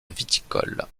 viticole